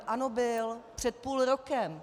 Ano, byl. Před půl rokem.